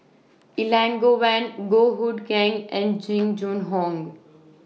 Elangovan Goh Hood Keng and Jing Jun Hong